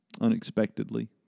unexpectedly